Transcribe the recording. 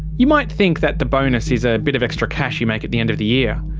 you might think that the bonus is a bit of extra cash you make at the end of the year.